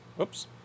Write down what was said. Oops